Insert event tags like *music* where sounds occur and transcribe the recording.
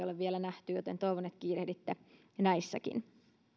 *unintelligible* ole vielä nähty joten toivon että kiirehditte näissäkin